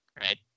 right